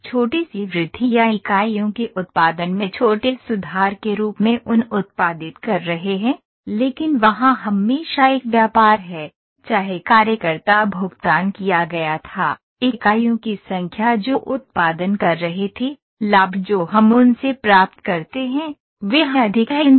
इस छोटी सी वृद्धि या इकाइयों के उत्पादन में छोटे सुधार के रूप में उन उत्पादित कर रहे हैं लेकिन वहाँ हमेशा एक व्यापार है चाहे कार्यकर्ता भुगतान किया गया था इकाइयों की संख्या जो उत्पादन कर रहे थे लाभ जो हम उनसे प्राप्त करते हैं वह अधिक है